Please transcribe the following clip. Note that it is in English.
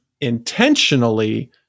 intentionally